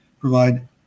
provide